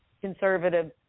conservative